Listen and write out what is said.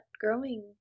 growing